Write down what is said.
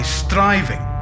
striving